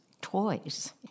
toys